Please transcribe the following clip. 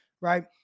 right